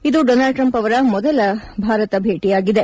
ಇದು Donald Trump ಅವರ ಮೊದಲ ಭಾರತ ಭೇಟಿಯಾಗಿದೆ